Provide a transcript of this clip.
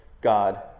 God